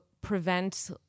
prevent